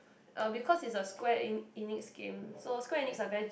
uh because is a square e~ Enix game so Square Enix are very